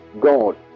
god